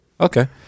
Okay